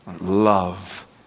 love